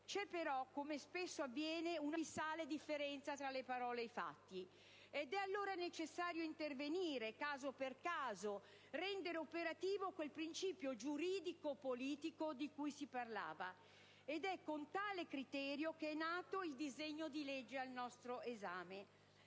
C'è però, come spesso avviene, un'abissale differenza tra le parole e i fatti. Ed è allora necessario intervenire, caso per caso, e rendere operativo quel principio giuridico-politico di cui si parlava. Ed è con tale criterio che è nato il disegno di legge al nostro esame.